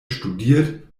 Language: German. studiert